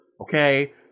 Okay